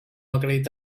acredita